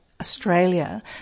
Australia